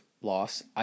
loss